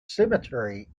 cemetery